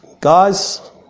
Guys